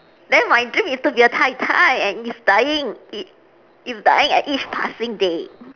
then my dream is to be a tai-tai and it's dying it it's dying at each passing day